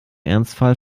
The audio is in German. ernstfall